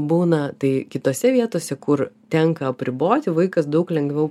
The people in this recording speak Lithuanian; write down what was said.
būna tai kitose vietose kur tenka apriboti vaikas daug lengviau